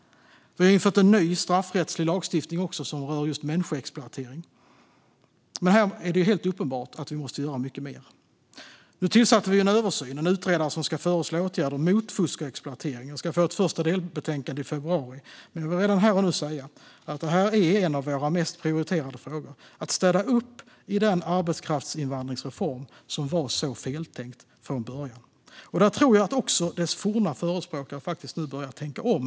Vi har infört en ny straffrättslig lagstiftning som rör just människoexploatering. Men det är helt uppenbart att vi måste göra mycket mer. Nu tillsatte vi en översyn, en utredare som ska föreslå åtgärder mot fusk och exploatering. Vi ska få ett första delbetänkande i februari. Men jag kan redan här och nu säga att en av våra mest prioriterade frågor är att städa upp i den arbetskraftsinvandringsreform som var så feltänkt från början. Jag tror att också dess forna förespråkare börjar tänka om.